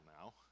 now